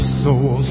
soul